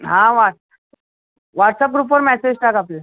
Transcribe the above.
हा what WhatsApp ग्रुपवर message टाक आपल्या